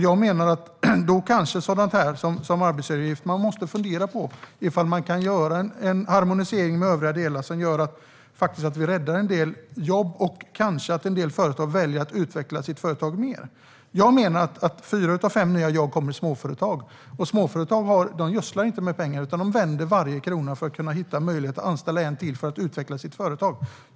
Jag menar att man måste fundera på sådant som arbetsgivaravgiften och om man kan göra en harmonisering med övriga delar av Europa som gör att vi räddar en del jobb. En del företag kanske då också väljer att utveckla sitt företag mer. Jag menar att fyra av fem nya jobb kommer i småföretag. Småföretag gödslar inte med pengar, utan de vänder på varje krona för att kunna hitta en möjlighet att anställa en till för att utveckla sitt företag.